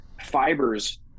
fibers